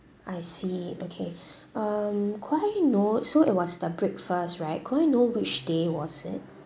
I see okay um could I know so it was the breakfast right could I know which day was it